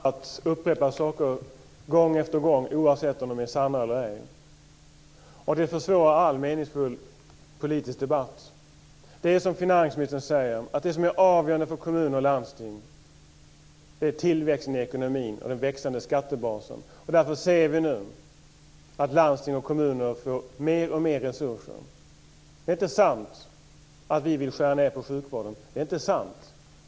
Herr talman! Finansministern har för vana att upprepa saker gång efter gång, oavsett om de är sanna eller ej. Det försvårar all meningsfull politisk debatt. Det är som finansministern säger att det som är avgörande för kommuner och landsting är tillväxten i ekonomin och den växande skattebasen. Därför ser vi nu att landsting och kommuner får mer och mer resurser. Det är inte sant att vi vill skära ned på sjukvården. Det är inte sant.